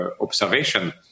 observation